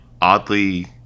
oddly